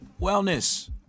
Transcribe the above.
Wellness